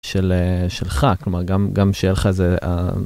של שלך כלומר גם גם שיהיה לך איזה.